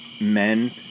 men